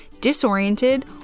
disoriented